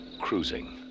Cruising